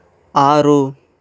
ఆరు